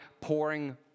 pouring